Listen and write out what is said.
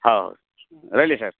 ହଉ ରହିଲି ସାର୍